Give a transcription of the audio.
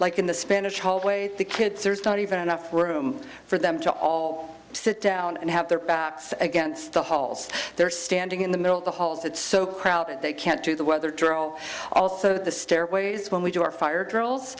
like in the spanish hallways the kids there's not even enough room for them to all sit down and have their backs against the halls they're standing in the middle of the halls it's so crowded they can't do the weather drawl also the stairways when we do our fire drills